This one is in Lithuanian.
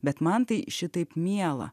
bet man tai šitaip miela